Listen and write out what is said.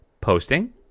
posting